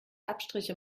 abstriche